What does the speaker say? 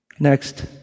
Next